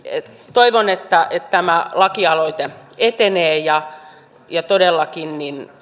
toivon että tämä lakialoite etenee todellakin